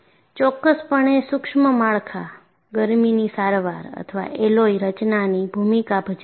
ચોક્કસપણે સુક્ષ્મ માળખાં ગરમીની સારવાર અથવા એલોય રચનાની ભૂમિકા ભજવે છે